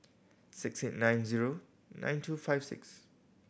six eight nine zero nine two five six